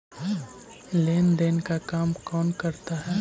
लेन देन का काम कौन करता है?